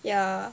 ya